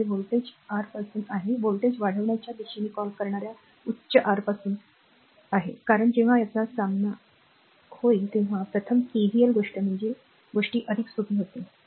तर हे voltage R पासून आहे व्होल्टेज वाढण्याच्या दिशेने कॉल करणार्या उच्च आरपासून कारण जेव्हा त्याचा सामना होईल तेव्हा प्रथम KVL गोष्ट म्हणजे गोष्टी अधिक सोपी होतील